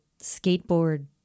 skateboard